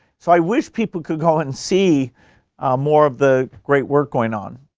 so i wish people could go and see more of the great work going on.